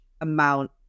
amount